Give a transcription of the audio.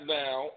now